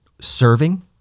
serving